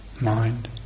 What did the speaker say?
mind